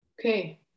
Okay